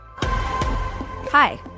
Hi